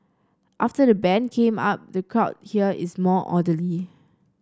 after the ban came up the crowd here is more orderly